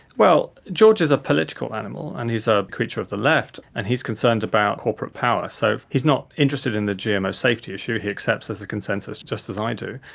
well, george is a political animal and he's a creature of the left and he's concerned about corporate power, so he's not interested in the gmo safety issue, he accepts there's a consensus, just as i do,